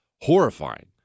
horrifying